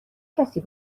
کسی